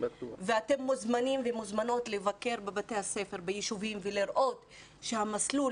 אתם מוזמנים ומוזמנות לבקר בבתי הספר ביישובים ולראות שהמסלול,